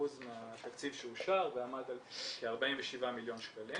מהתקציב שאושר ועמד על כ-47 מיליון שקלים.